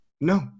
No